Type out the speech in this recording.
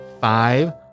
Five